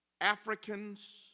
Africans